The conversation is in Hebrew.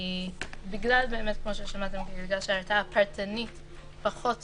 בגלל באמת, כמו ששמעתם, שהרתעה פרטנית פחות